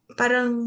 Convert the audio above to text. parang